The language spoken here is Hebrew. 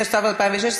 התשע"ו 2016,